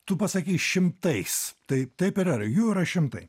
tu pasakei šimtais tai taip ir yra jų yra šimtai